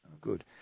Good